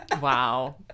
Wow